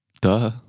Duh